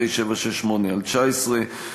פ/768/19,